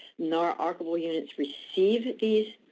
nara archival units receive these